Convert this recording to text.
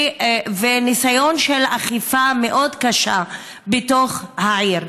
וניסיון של כפייה מאוד קשה בתוך העיר.